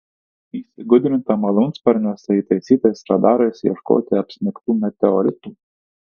įsigudrinta malūnsparniuose įtaisytais radarais ieškoti apsnigtų meteoritų